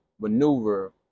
Maneuver